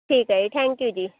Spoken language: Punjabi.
ਠੀਕ ਹੈ ਜੀ ਥੈਂਕ ਯੂ ਜੀ